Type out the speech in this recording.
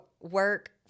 work